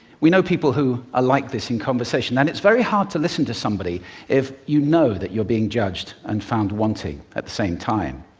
we know people who are like this in conversation, and it's very hard to listen to somebody if you know that you're being judged and found wanting at the same time.